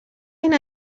این